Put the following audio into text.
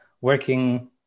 working